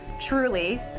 truly